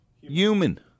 human